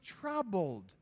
troubled